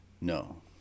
No